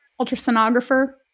ultrasonographer